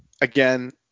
Again